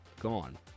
gone